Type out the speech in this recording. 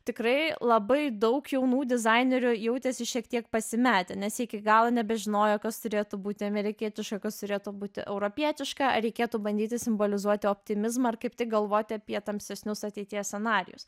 tikrai labai daug jaunų dizainerių jautėsi šiek tiek pasimetę nes iki galo nebežinojo kas turėtų būti amerikietiška kas turėtų būti europietiška reikėtų bandyti simbolizuoti optimizmą ar kaip tik galvoti apie tamsesnius ateities scenarijus